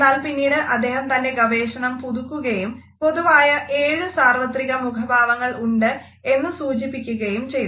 എന്നാൽ പിന്നീട് അദ്ദേഹം തൻ്റെ ഗവേഷണം പുതുക്കുകയും പൊതുവായ ഏഴ് സാർവത്രിക മുഖഭാവങ്ങൾ ഉണ്ട് എന്ന് സൂചിപ്പിക്കുകയും ചെയ്തു